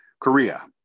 Korea